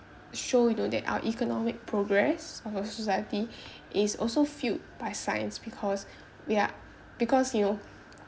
show you know that our economic progress of a society is also fueled by science because ya because you know